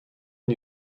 and